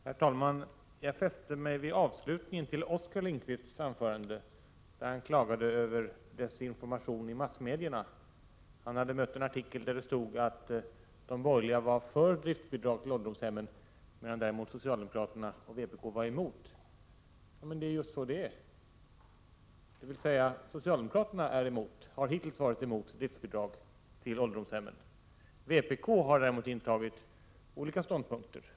Herr talman! Jag fäste mig vid avslutningen av Oskar Lindkvists anförande, där han klagade över desinformation i massmedierna. Han hade mött en artikel där det sades att de borgerliga var för driftbidrag till ålderdomshemmen, medan socialdemokraterna och vpk var emot. Men det är ju just så det är— dvs. socialdemokraterna har hittills varit emot driftbidrag till ålderdomshemmen. Vpk har däremot intagit olika ståndpunkter.